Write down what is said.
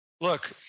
look